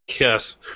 Yes